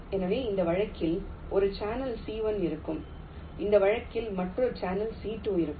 எனவே இந்த வழக்கில் ஒரு சேனல் C 1 இருக்கும் இந்த வழக்கில் மற்றொரு சேனல் C 2 இருக்கும்